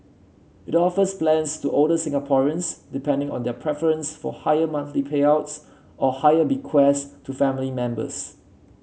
it offers plans to older Singaporeans depending on their preference for higher monthly payouts or higher bequests to family members